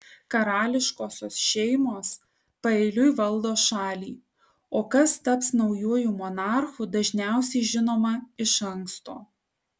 karališkosios šeimos paeiliui valdo šalį o kas taps naujuoju monarchu dažniausiai žinoma iš anksto